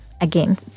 again